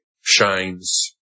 shines